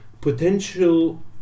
potential